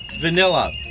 Vanilla